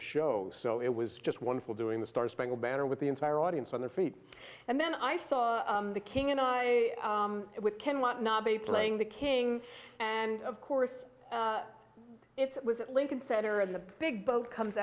the show so it was just wonderful doing the star spangled banner with the entire audience on their feet and then i saw the king and i with ken watanabe playing the king and of course it was at lincoln center and the big boat comes